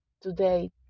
today